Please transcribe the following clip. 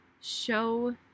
show